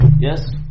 Yes